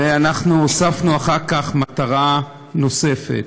ואנחנו הוספנו אחר כך מטרה נוספת.